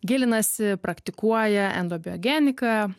gilinasi praktikuoja endobiogeniką